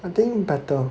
I think better